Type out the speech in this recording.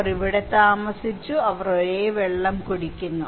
അവർ ഇവിടെ താമസിക്കുന്നു അവർ ഒരേ വെള്ളം കുടിക്കുന്നു